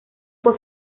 fue